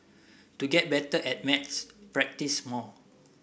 to get better at maths practise more